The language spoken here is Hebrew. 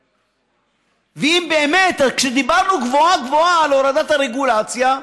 ובאמת, כשדיברנו גבוהה-גבוהה על הורדת הרגולציה,